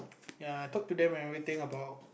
ya I talk to them and everything about